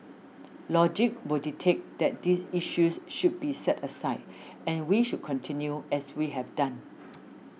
logic will dictate that these issues should be set aside and we should continue as we have done